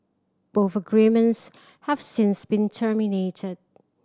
both agreements have since been terminated